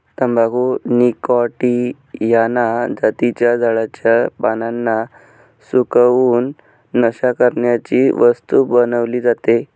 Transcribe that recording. तंबाखू निकॉटीयाना जातीच्या झाडाच्या पानांना सुकवून, नशा करण्याची वस्तू बनवली जाते